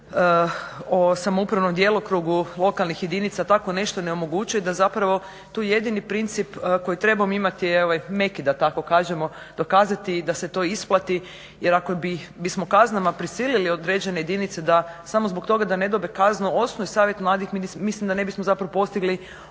o samoupravnom djelokrugu lokalnih jedinica tako nešto ne omogućuje da tu jedini princip koji trebamo imati je ovaj meki da tako kažemo dokazati da se to isplati jer ako bismo kaznama prisilili određene jedinice da samo zbog toga ne dobe kaznu osnuju savjet mladih mislim da ne bismo postigli